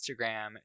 Instagram